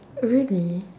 really